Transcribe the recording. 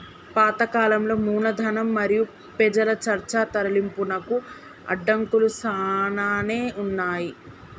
పాత కాలంలో మూలధనం మరియు పెజల చర్చ తరలింపునకు అడంకులు సానానే ఉన్నాయి